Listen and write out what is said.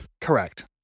Correct